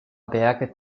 berge